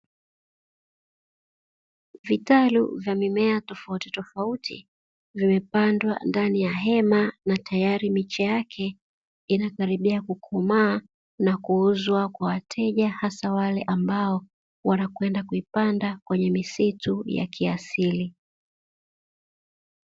Vitalu vya mimea tofautitofauti vimepandwa ndani ya hema, na tayari miche yake inakaribia kukomaa na kuuzwa kwa wateja, hasa wale ambao wanakwenda kuipanda kwenye misitu ya kiasili.